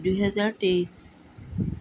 দুহেজাৰ তেইছ